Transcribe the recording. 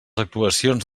actuacions